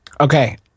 okay